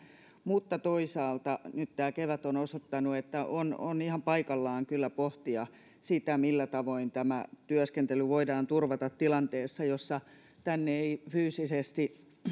mutta toisaalta nyt tämä kevät on osoittanut että on on ihan paikallaan kyllä pohtia sitä millä tavoin tämä työskentely voidaan turvata tilanteessa jossa tänne ei fyysisesti